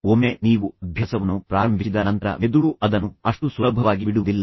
ಒಮ್ಮೆ ನೀವು ಅಭ್ಯಾಸವನ್ನು ಪ್ರಾರಂಭಿಸಿದ ನಂತರ ಮೆದುಳು ಅದನ್ನು ಅಷ್ಟು ಸುಲಭವಾಗಿ ಬಿಡುವುದಿಲ್ಲ